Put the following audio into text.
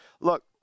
Look